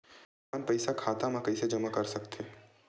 अपन पईसा खाता मा कइसे जमा कर थे?